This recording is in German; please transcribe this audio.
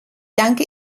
danke